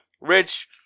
rich